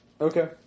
okay